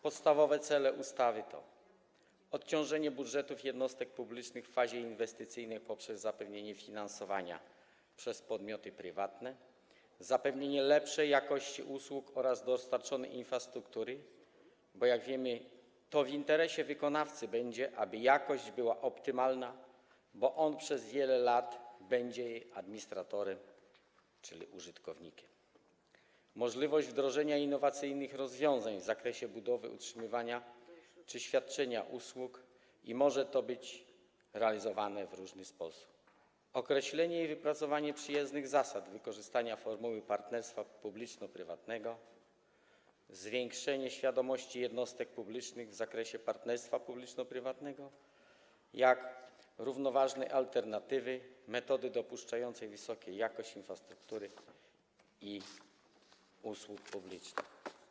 Podstawowe cele ustawy to: odciążenie budżetów jednostek publicznych w fazie inwestycyjnej poprzez zapewnienie finansowania przez podmioty prywatne; zapewnienie lepszej jakości usług oraz dostarczonej infrastruktury, bo jak wiemy, to w interesie wykonawcy będzie, aby jakość była optymalna, bo on przez wiele lat będzie jej administratorem, czyli użytkownikiem; możliwość wdrożenia innowacyjnych rozwiązań w zakresie budowy, utrzymywania czy świadczenia usług i może to być realizowane w różny sposób; określenie i wypracowanie przyjaznych zasad wykorzystania formuły partnerstwa publiczno-prywatnego; zwiększenie świadomości jednostek publicznych w zakresie partnerstwa publiczno-prywatnego jako równoważnej, alternatywnej metody dostarczającej wysokiej jakości infrastrukturę i usługi publiczne.